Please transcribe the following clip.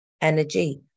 energy